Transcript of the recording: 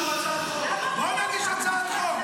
בוא נגיש הצעת חוק.